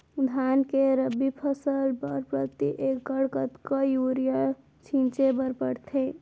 धान के रबि फसल बर प्रति एकड़ कतका यूरिया छिंचे बर पड़थे?